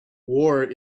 war